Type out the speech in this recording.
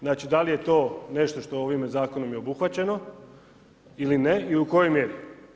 Znači, da li je to nešto što ovime zakonom je obuhvaćeno ili ne i u kojoj mjeri?